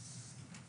מיליון.